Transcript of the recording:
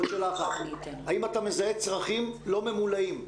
האם אתם מזהה צרכים לא ממולאים.